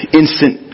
instant